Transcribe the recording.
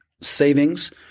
savings